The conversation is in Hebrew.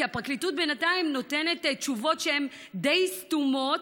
כי הפרקליטות בינתיים נותנת תשובות שהן די סתומות,